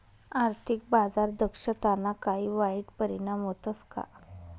आर्थिक बाजार दक्षताना काही वाईट परिणाम व्हतस का